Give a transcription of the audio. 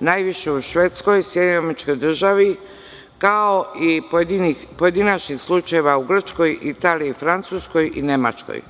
najviše u Švedskoj, SAD, kao i pojedinačnih slučajeva u Grčkoj, Italiji, Francuskoj i Nemačkoj.